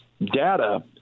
data